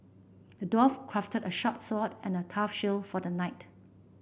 the dwarf crafted a sharp sword and a tough shield for the knight